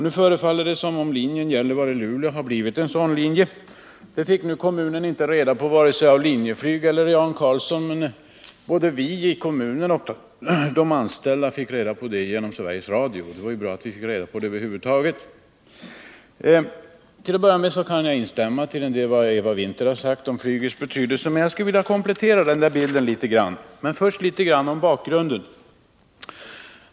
Nu förefaller det som om linjen Gällivare-Luleå har blivit en sådan linje, men det fick kommunen inte reda på, vare sig av Linjeflyg eller av Jan Carlzon, utan både vi i kommunen och de anställda fick reda på detta genom Sveriges Radio — och det var ju bra att vi fick reda på det över huvud taget. Till att börja med kan jag till en del instämma i vad Eva Winther har sagt om flygets betydelse, men jag skulle vilja komplettera bilden litet. Först dock något om bakgrunden.